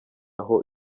aho